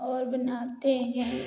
और बनाते हैं